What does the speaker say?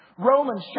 Romans